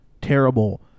Terrible